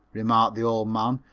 remarked the old man,